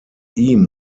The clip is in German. ihm